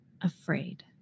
afraid